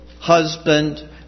husband